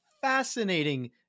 fascinating